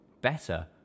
better